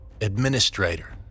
Administrator